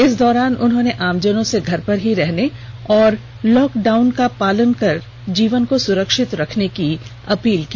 इस दौरान उन्होंने आमजनों से घर पर ही रहने एवं लॉक डाउन का पालन कर जीवन को सुरक्षित रखने की अपील की